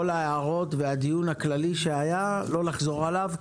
ההערות והדיון הכללי שהיה לא לחזור עליו,